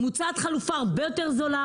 מוצעת חלופה הרבה יותר זולה,